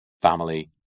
family